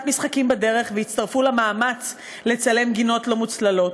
משחקים בדרך והצטרפו למאמץ לצלם גינות לא מוצללות,